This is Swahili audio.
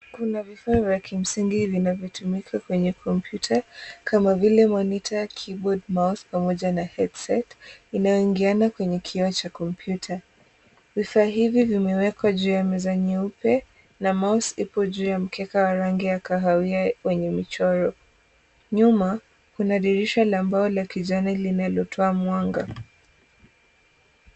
Kuna vifaa vya kimsingi vinavyotumika kwenye kompyuta kama vile, monitor, keyboard, mouse pamoja na headset , inayoingiana kwenye kioo cha kompyuta. Vifaa hivi vimewekwa juu ya meza nyeupe, na mouse ipo juu ya mkeka wa rangi ya kahawia wenye michoro. Nyuma kuna dirisha la mbao la kijani linalotoa mwanga.